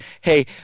Hey